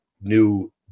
new